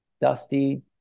dusty